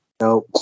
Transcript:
no